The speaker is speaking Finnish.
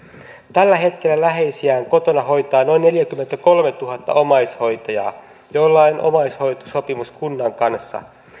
tällä hetkellä läheisiään kotona hoitaa noin neljäkymmentäkolmetuhatta omaishoitajaa joilla on omaishoitosopimus kunnan kanssa